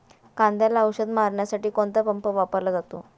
कांद्याला औषध मारण्यासाठी कोणता पंप वापरला जातो?